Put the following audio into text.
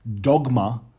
dogma